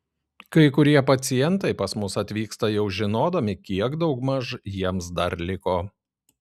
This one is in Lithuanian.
kai kurie pacientai pas mus atvyksta jau žinodami kiek daugmaž jiems dar liko